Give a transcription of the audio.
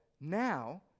now